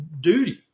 duty